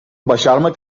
başarmak